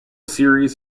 series